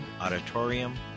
auditorium